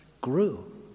grew